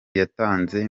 yatanze